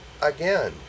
Again